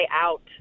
out